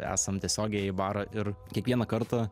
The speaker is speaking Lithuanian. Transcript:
esam tiesiog ėję į barą ir kiekvieną kartą